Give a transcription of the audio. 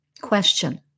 Question